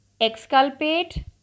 exculpate